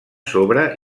sobre